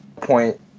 point